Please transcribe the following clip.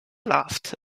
laughed